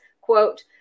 quote